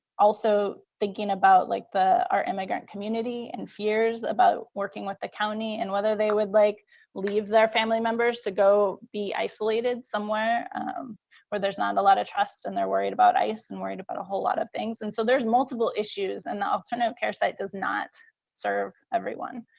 also thinking about like our immigrant community and fears about working with the county and whether they would like leave their family members to go be isolated somewhere where there's not a lot of trust. and they're worried about ice and worried about a whole lot of things. and so there's multiple issues and the alternative care site does not serve everyone.